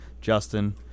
Justin